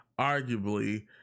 arguably